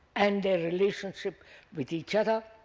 and their relationship with each other